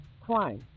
crime